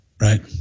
right